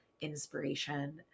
inspiration